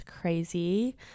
crazy